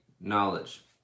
knowledge